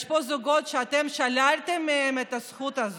יש פה זוגות שאתם שללתם מהם את הזכות הזאת.